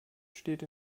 steht